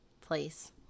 place